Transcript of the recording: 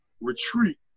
retreat